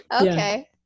Okay